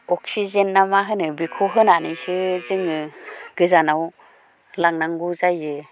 oxygen ना मा होनो बेखौ होनानैसो जोङो गोजानाव लांनांगौ जायो